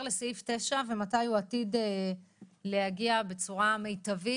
לסעיף 9 ומתי הוא עתיד להגיע בצורה מיטבית?